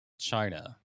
china